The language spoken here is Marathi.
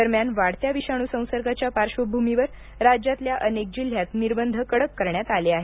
दरम्यान वाढत्या विषाणू संसर्गाच्या पार्श्वभूमीवर राज्यातल्या अनेक जिल्ह्यात निर्बंध कडक करण्यात आले आहेत